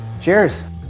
cheers